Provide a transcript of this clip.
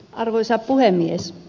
arvoisa puhemies